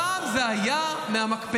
הפעם זה היה מהמקפצה,